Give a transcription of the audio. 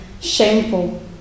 shameful